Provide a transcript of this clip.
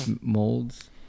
molds